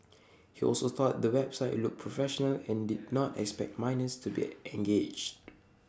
he also thought the website looked professional and did not expect minors to be engaged